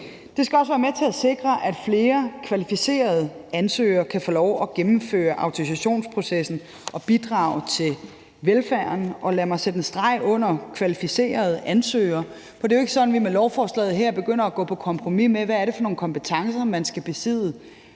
Det skal også være med til at sikre, at flere kvalificerede ansøgere kan få lov at gennemføre autorisationsprocessen og bidrage til velfærden. Lad mig sætte en streg under kvalificerede ansøgere, for det er jo ikke sådan, at vi med lovforslaget her begynder at gå på kompromis med, hvad det er for nogle kompetencer, man skal besidde